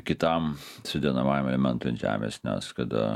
kitam sudedamajam elementui ant žemės nes kada